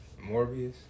Morbius